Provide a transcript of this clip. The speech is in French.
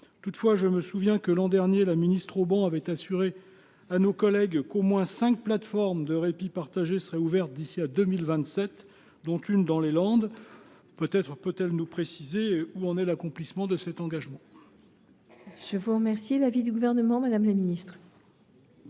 Toutefois, je me souviens que l’an dernier, la ministre au banc avait assuré à nos collègues qu’au moins cinq plateformes de répit partagé seraient ouvertes d’ici à 2027, dont une dans les Landes. Peut être peut elle nous préciser où en est la mise en œuvre de cet engagement